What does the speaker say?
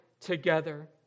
together